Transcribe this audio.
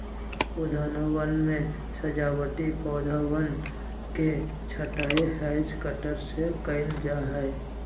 उद्यानवन में सजावटी पौधवन के छँटाई हैज कटर से कइल जाहई